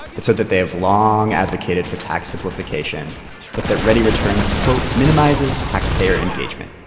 it said that they have long advocated for tax simplification but that readyreturn, quote, minimizes taxpayer engagement.